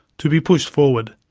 to be pushed forward.